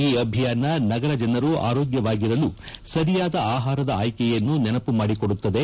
ಈ ಅಭಿಯಾನ ನಗರ ಜನರು ಆರೋಗ್ಯಕರವಾಗಿರಲು ಸರಿಯಾದ ಆಹಾರದ ಆಯ್ಕಿಗೆ ನೆನಮ ಮಾಡಿ ಕೊಡುತ್ತದೆ